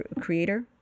creator